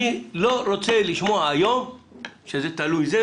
אני לא רוצה לשמוע היום שזה תלוי בזה,